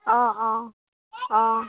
অঁ অঁ অঁ